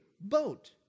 boat